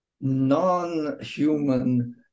non-human